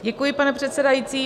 Děkuji, pane předsedající.